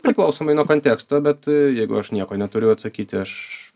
priklausomai nuo konteksto bet jeigu aš nieko neturiu atsakyti aš